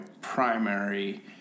primary